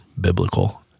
biblical